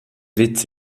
witz